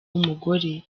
umugore